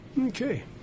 Okay